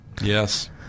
Yes